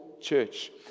church